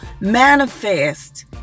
manifest